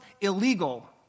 illegal